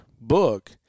book